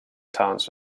towns